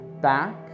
Back